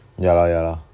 ya lah ya ya lah